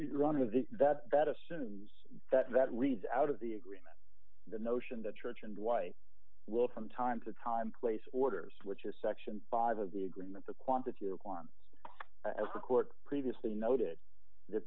so run of the that that assumes that that reads out of the agreement the notion that church and white will from time to time place orders which is section five of the agreement the quantity requirements court previously noted the